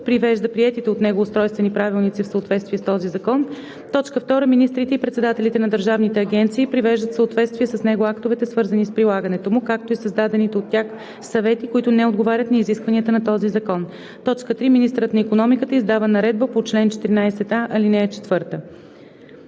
привежда приетите от него устройствени правилници в съответствие с този закон; 2. министрите и председателите на държавните агенции привеждат в съответствие с него актовете, свързани с прилагането му, както и създадените от тях съвети, които не отговарят на изискванията на този закон; 3. министърът на икономиката издава наредбата по чл. 14а, ал. 4.“